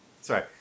Sorry